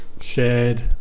shared